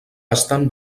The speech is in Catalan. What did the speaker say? estan